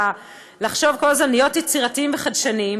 וכל הזמן להיות יצירתיים וחדשניים,